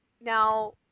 Now